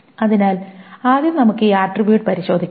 അതിനാൽ ആദ്യം നമുക്ക് ഈ ആട്രിബ്യൂട്ട് പരിശോധിക്കാം